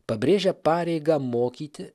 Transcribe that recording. pabrėžia pareigą mokyti